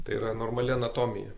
tai yra normali anatomija